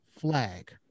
flag